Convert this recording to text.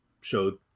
showed